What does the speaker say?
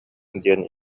диэн